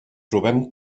trobem